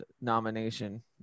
nomination